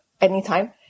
anytime